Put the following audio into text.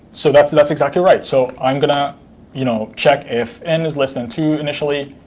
so, that's that's exactly right. so, i'm going to you know check if n is less than two initially.